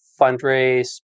fundraise